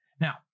Now